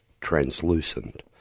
translucent